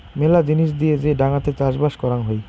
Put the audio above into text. মেলা জিনিস দিয়ে যে ডাঙাতে চাষবাস করাং হই